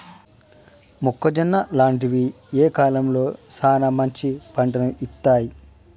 మొక్కజొన్న లాంటివి ఏ కాలంలో సానా మంచి పంటను ఇత్తయ్?